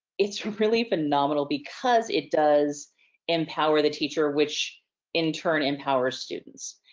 it's really phenomenal because it does empower the teacher which in turn empower students.